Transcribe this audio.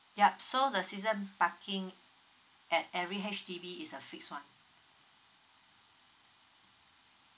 yup so the season parking at every H_D_B is a fixed [one]